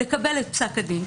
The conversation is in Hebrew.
לקבל את פסק הדין.